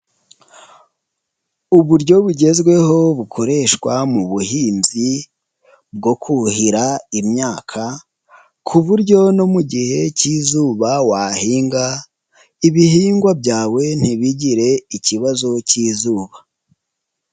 Uburyo bugezweho bukoreshwa mu buhinzi bwo kuhira imyaka ku buryo no mu gihe k'izuba wahinga ibihingwa byawe ntibigire ikibazo k'izuba.